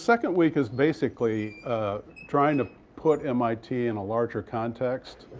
second week is basically trying to put mit in a larger context.